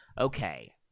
Okay